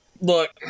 Look